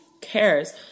cares